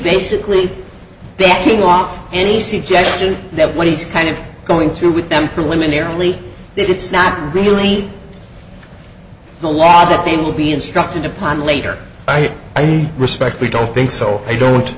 basically backing off any suggestion that what he's kind of going through with them for women they're only it's not really the law that they will be instructed upon later by i respect we don't think so i don't